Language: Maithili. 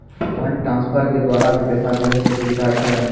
फंड ट्रांसफर के द्वारा भी पैसा भेजै के सुविधा छै?